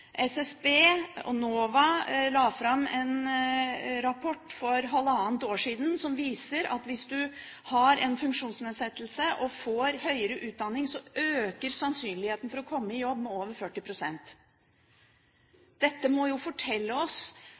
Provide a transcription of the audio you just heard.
SSB og NOVA la fram en rapport for halvannet år siden som viser at hvis man har en funksjonsnedsettelse og får høyere utdanning, øker sannsynligheten for å komme i jobb med over 40 pst. Dette må fortelle oss